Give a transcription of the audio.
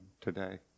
today